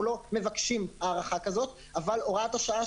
לא מבקשים הארכה כזאת אבל הוראת השעה,